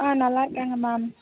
ஆ நல்லாயிருக்காங்க மேம்